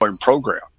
program